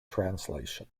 translation